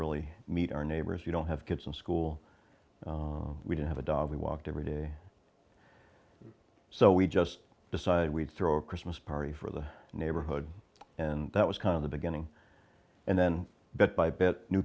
really meet our neighbors you don't have kids in school we didn't have a dog we walked everyday so we just decided we'd throw a christmas party for the neighborhood and that was kind of the beginning and then bit by bit new